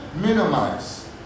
minimize